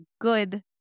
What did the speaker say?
good